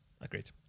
Agreed